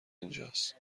اینجاست